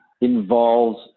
involves